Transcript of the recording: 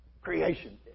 creation